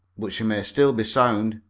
but she may still be sound.